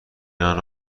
منو